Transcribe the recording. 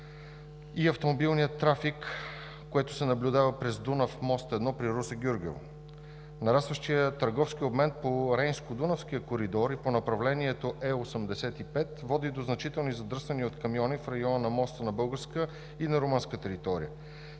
и автомобилният трафик, което се наблюдава през Дунав мост – 1 при Русе – Гюргево. Нарастващият търговски обмен по Рейнско-Дунавския коридор и по направлението Е-85 води до значителни задръствания от камиони в района на моста на българска и на румънска територия.